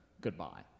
Goodbye